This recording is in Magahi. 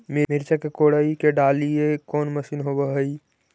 मिरचा के कोड़ई के डालीय कोन मशीन होबहय?